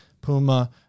Puma